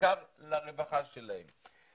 בעיקר לרווחה שלהם.